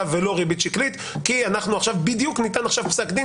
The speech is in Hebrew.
ולא ריבית שקלית כי בדיוק עכשיו ניתן פסק דין,